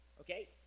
okay